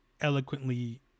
eloquently